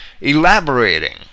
elaborating